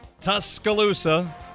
Tuscaloosa